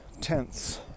tents